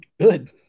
good